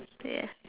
ya